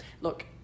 Look